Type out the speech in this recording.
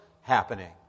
happening